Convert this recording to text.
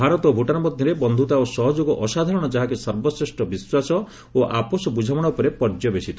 ଭାରତ ଓ ଭୁଟାନ୍ ମଧ୍ୟରେ ବନ୍ଧୁତା ଓ ସହଯୋଗ ଅସାଧାରଣ ଯାହାକି ସର୍ବଶ୍ରେଷ୍ଠ ବିଶ୍ୱାସ ଓ ଆପୋଷ ବୁଝାମଣା ଉପରେ ପର୍ଯ୍ୟବେସିତ